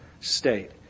state